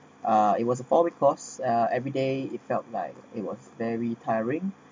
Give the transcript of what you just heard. uh it was four week course uh every day it felt like it was very tiring